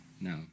no